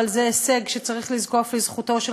אבל זה הישג שצריך לזקוף לזכותו של